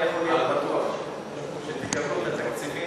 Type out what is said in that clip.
אני יכול להיות בטוח שהם יקבלו את התקציבים.